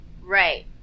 Right